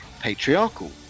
patriarchal